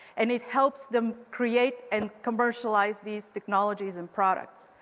and it helps them create and commercialize these technologies and products.